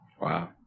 Wow